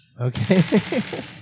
Okay